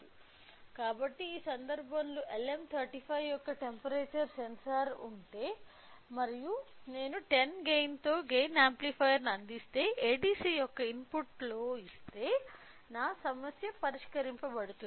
కాబట్టి ఈ సందర్భంలో LM35 యొక్క టెంపరేచర్ సెన్సార్ ఉంటే మరియు నేను 10 గెయిన్ తో గెయిన్ యాంప్లిఫైయర్ను అందిస్తే ADC యొక్క ఇన్పుట్లో ఇస్తే నా సమస్య పరిష్కరించబడుతుంది